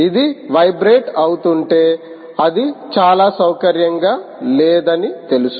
ఇది వైబ్రేట్ అవుతుంటే అది చాలా సౌకర్యంగా లేదని తెలుసు